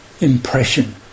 impression